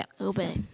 obey